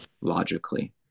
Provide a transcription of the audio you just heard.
logically